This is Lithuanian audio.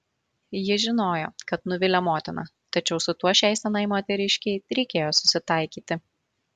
ji žinojo kad nuvilia motiną tačiau su tuo šiai senai moteriškei reikėjo susitaikyti